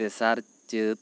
ᱛᱮᱥᱟᱨ ᱪᱟᱹᱛ